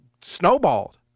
snowballed